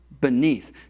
beneath